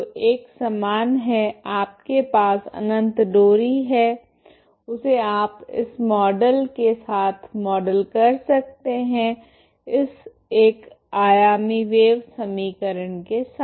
तो एक समान है आपके पास अनंत डोरी है उसे आप इस मॉडल के साथ मॉडल कर सकते हैं इस एक आयामी वेव समीकरण के साथ